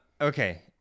okay